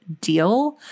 deal